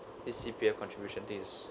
the C_P_F contribution this